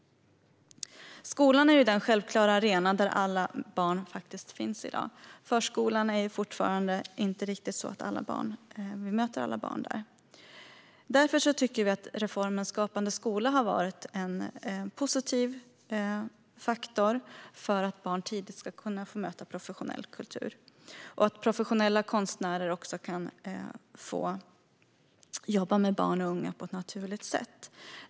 Skolan är den självklara arena där alla barn finns. I förskolan möter vi fortfarande inte riktigt alla barn. Därför tycker vi att reformen Skapande skola har varit en positiv faktor för att barn tidigt ska få möta professionell kultur och för att professionella konstnärer ska få jobba med barn och unga på ett naturligt sätt.